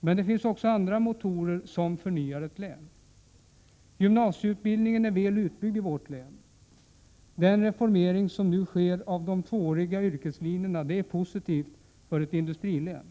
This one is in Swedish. Men det finns också andra motorer som förnyar ett län. Gymnasieutbildningen är väl utbyggd i vårt län. Den reformering som nu sker av de tvååriga yrkeslinjerna är positiv för ett industrilän.